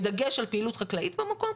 בדגש על פעילות חקלאית במקום,